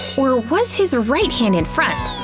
or was his right hand in front?